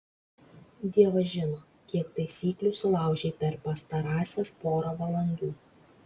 dievas žino kiek taisyklių sulaužei per pastarąsias porą valandų